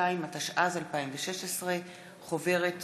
52), התשע"ז 2016, חוברת